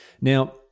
Now